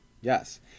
Yes